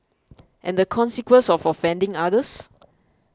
and the consequence of offending others